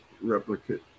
replicate